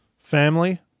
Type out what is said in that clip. Family